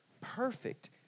perfect